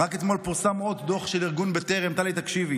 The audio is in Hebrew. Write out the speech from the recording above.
רק אתמול פורסם עוד דוח של ארגון בטרם שממנו